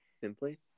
Simply